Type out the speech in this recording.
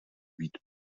být